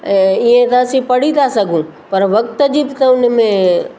ऐं इअं त असीं पढ़ी था सघूं पर वक़्त जी बि त हुन में